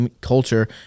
culture